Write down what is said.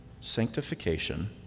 sanctification